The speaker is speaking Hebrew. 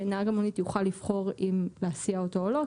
כדי שנהג המונית יוכל לבחור האם להסיע אותו או לא,